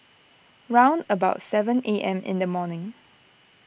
round about seven A M in the morning